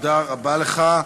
תודה רבה לך.